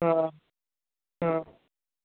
ہاں ہاں